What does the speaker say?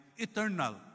eternal